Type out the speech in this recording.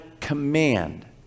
command